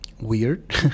weird